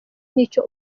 nicyo